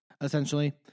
Essentially